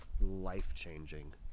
life-changing